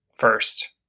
first